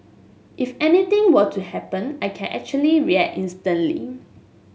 if anything were to happen I can actually react instantly